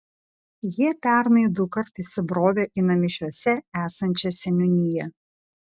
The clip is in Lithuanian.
jie pernai dukart įsibrovė į namišiuose esančią seniūniją